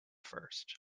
first